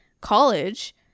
college